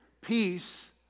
Peace